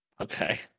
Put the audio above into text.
Okay